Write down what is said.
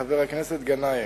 חבר הכנסת גנאים,